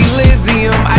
Elysium